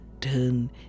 turn